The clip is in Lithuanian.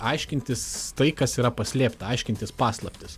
aiškintis tai kas yra paslėpta aiškintis paslaptis